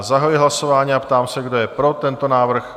Zahajuji hlasování a ptám se, kdo je pro tento návrh?